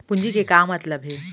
पूंजी के का मतलब हे?